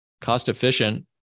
cost-efficient